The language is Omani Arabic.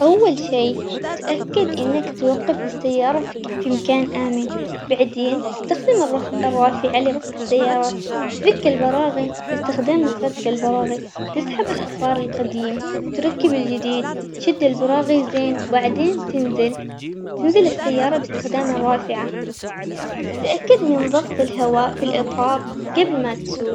أول شي تأكد إنك توقف السيارة في ك- في مكان آمن، بعدين تستخدم الر- الرافعة لرفع السيارة، تفك البراغي باستخدام مفك البراغي تسحب الإطار القديم وتركب الجديد، شد البراغي زين وبعدين تنزل تنزل السيارة باستخدام الرافعة، تأكد من ضغط الهواء في الإطار قبل ما تسوق.